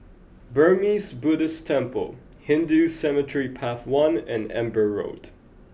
Burmese Buddhist Temple Hindu Cemetery Path one and Amber Road